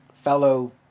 fellow